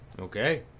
Okay